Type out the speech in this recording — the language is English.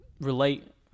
relate